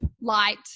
light